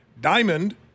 Diamond